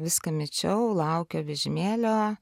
viską mečiau laukiau vežimėlio